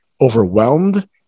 overwhelmed